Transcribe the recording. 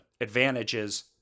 advantages